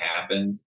happen